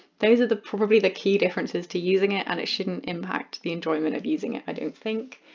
those are the probably the key differences to using it and it shouldn't impact the enjoyment of using it i don't think.